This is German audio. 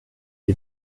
die